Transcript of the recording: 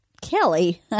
Kelly